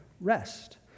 rest